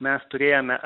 mes turėjome